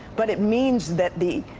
but it means that the